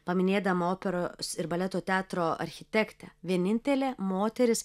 paminėdama operos ir baleto teatro architektę vienintelė moteris